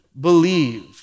believe